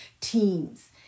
teams